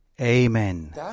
Amen